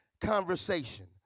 conversation